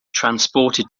transported